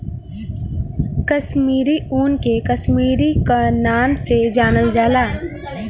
कसमीरी ऊन के कसमीरी क नाम से जानल जाला